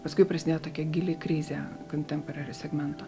paskui prasidėjo tokia gili krizė kontemporary segmento